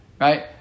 right